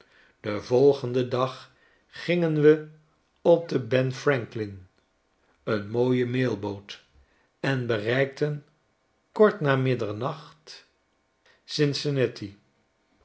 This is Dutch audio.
den volgenden dag gingen we op de ben franklin een mooie mailboot en bereikten kort na middernacht